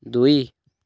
ଦୁଇ